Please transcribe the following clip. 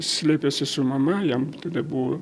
slėpėsi su mama jam tada buvo